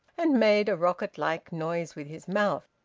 and made a rocket-like noise with his mouth.